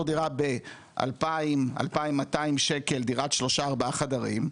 דירה ב-2000-2,200 שקל דירת שלושה-ארבעה חדרים,